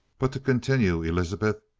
but to continue, elizabeth,